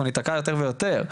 אנחנו ניתקע יותר ויותר.